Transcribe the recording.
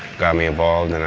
got me involved,